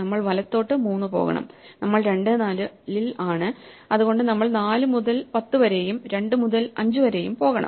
നമ്മൾ വലത്തോട്ടു 3 പോകണം നമ്മൾ 2 4 ൽ ആണ് അതുകൊണ്ട് നമ്മൾ 4 മുതൽ 10 വരെയും 2 മുതൽ 5 വരെയും പോകണം